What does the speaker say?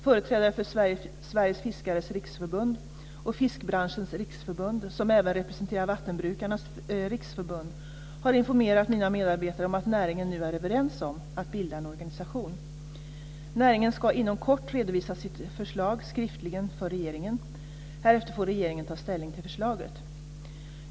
Företrädare för Sveriges Fiskares Riksförbund och Fiskbranschens Riksförbund, som även representerar Vattenbrukarnas Riksförbund, har informerat mina medarbetare om att näringen nu är överens om att bilda en organisation. Näringen ska inom kort redovisa sitt förslag skriftligen för regeringen. Härefter får regeringen ta ställning till förslaget.